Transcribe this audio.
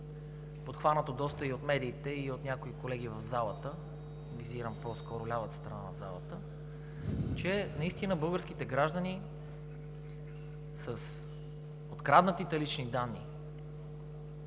подхванато доста и от медиите, и от някои колеги в залата – визирам по-скоро лявата страна на залата, че наистина българските граждани с откраднатите лични данни